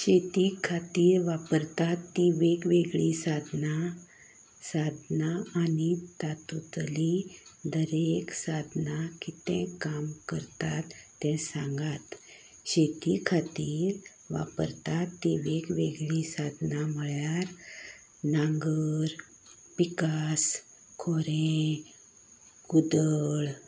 शेती खातीर वापरतात तीं वेग वेगळी सादनां सादनां आनी तातुतली दर एक सादनां कितें काम करतात तें सांगात शेती खातीर वापरतात तीं वेग वेगळी सादनां म्हळ्यार नांगर पिकास खोरें कुदळ